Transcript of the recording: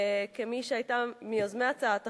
כמי שהיתה מיוזמי הצעת החוק,